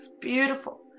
Beautiful